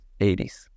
80s